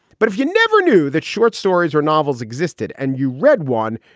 but if you never knew that short stories or novels existed and you read one,